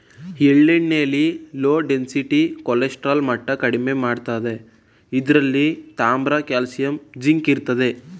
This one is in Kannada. ಎಳ್ಳೆಣ್ಣೆಲಿ ಲೋ ಡೆನ್ಸಿಟಿ ಕೊಲೆಸ್ಟರಾಲ್ ಮಟ್ಟ ಕಡಿಮೆ ಮಾಡ್ತದೆ ಇದ್ರಲ್ಲಿ ತಾಮ್ರ ಕಾಲ್ಸಿಯಂ ಜಿಂಕ್ ಇರ್ತದೆ